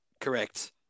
correct